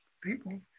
people